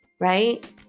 Right